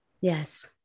Yes